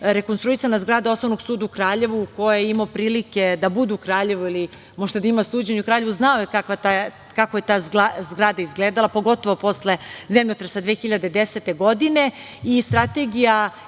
rekonstruisana zgrada Osnovnog suda u Kraljevu. Ko je imao prilike da bude u Kraljevu ili možda da ima suđenje u Kraljevu zna kako je ta zgrada izgledala, pogotovo posle zemljotresa 2010. godine. Strategija